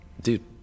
dude